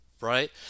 right